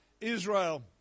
Israel